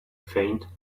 faint